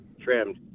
trimmed